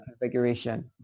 configuration